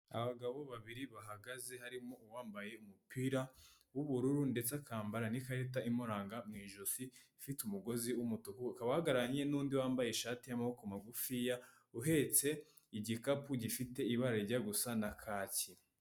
Abagabo babiri bahagaze harimo uwambaye umupira w'ubururu ndetse akambara n'ikarita imuranga mu ijosi ufite umugozi w'umutuku, akaba ahagararanye n'undi wambaye ishati y'amaboko magufiya uhetse igikapu gifite ibara rijya gusa na kaki.